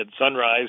sunrise